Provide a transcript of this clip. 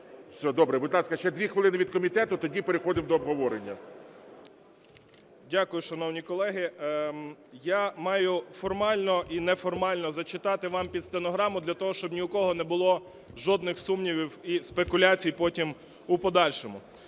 Добре. Будь ласка, ще дві хвилини від комітету, тоді переходимо до обговорення. 10:25:52 НАТАЛУХА Д.А. Дякую. Шановні колеги, я маю формально і неформально зачитати вам під стенограму для того, щоб ні у кого не було жодних сумнівів і спекуляцій потім у подальшому.